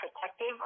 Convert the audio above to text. protective